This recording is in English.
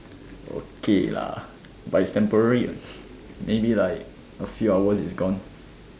okay lah but it's temporary maybe like a few hours it's gone